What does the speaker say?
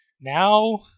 now